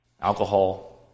alcohol